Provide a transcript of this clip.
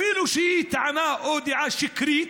אפילו כשהיא טענה או דעה שקרית,